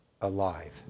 alive